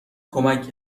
کمک